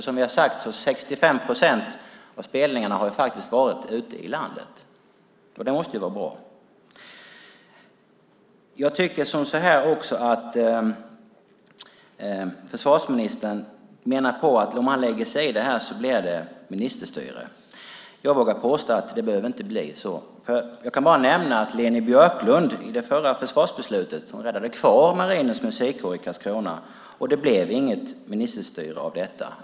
Som vi har sagt har faktiskt 65 procent av spelningarna skett ute i landet. Det måste ju vara bra. Försvarsministern menar att om han lägger sig i det här blir det ministerstyre. Jag vågar påstå att det inte behöver bli så. Jag kan bara nämna att Leni Björklund i det förra försvarsbeslutet räddade kvar Marinens musikkår i Karlskrona, och det blev inte något ministerstyre av detta.